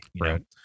right